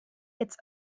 its